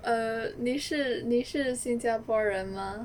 err 你是你是新加坡人吗